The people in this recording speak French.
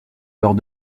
lors